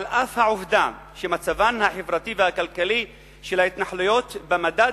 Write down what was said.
על אף העובדה שמצבן החברתי והכלכלי של ההתנחלויות במדד